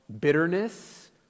bitterness